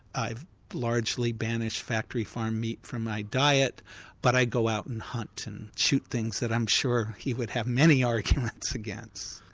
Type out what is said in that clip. i've largely banished factory-farmed meat from my diet but i go out and hunt and shoot things that i'm sure he would have many arguments against.